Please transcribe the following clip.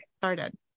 started